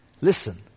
Listen